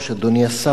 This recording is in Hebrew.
אדוני השר,